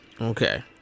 Okay